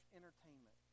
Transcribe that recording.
entertainment